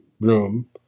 room